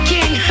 King